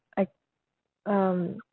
I um